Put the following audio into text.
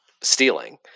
stealing